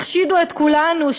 החשידו את כולנו,